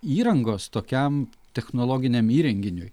įrangos tokiam technologiniam įrenginiui